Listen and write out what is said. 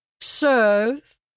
Serve